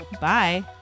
bye